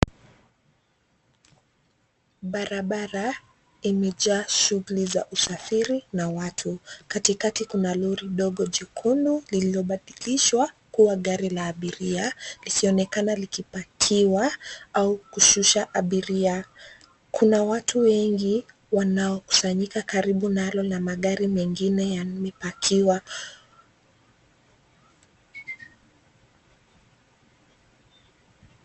Barabara imejaa shughuli za usafiri na watu. Katikati kuna lori dogo jekundu lililobadilishwa kuwa gari la abiria, likionekana likipakiwa au kushusha abiria. Kuna watu wengi wanaokusanyika karibu nalo na magari mengine yamepakiwa.